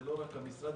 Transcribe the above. זה לא רק המשרד,